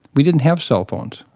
we didn't have cellphones,